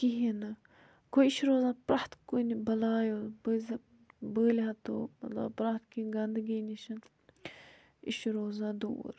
کِہیٖنۍ نہٕ گوٚو یہِ چھُ روزان پرٛٮ۪تھ کُنہِ بَلایو بٲزِ بٲلۍ ہَتو مطلب پرٛٮ۪تھ کینٛہہ گنٛدگی نِشَن یہِ چھُ روزان دوٗر